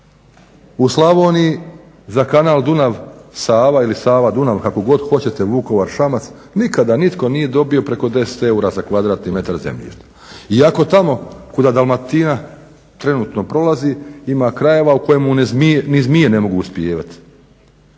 U Slavoniji za kanal Dunav-Sava ili Sava-Dunav kako god hoćete Vukovar-Šamac, nikada nitko nije dobio preko 10 eura za kvadratni metar zemljišta iako tamo kuda Dalmatina trenutno prolazi ima krajeva u kojemu ni zmije ne mogu uspijevati,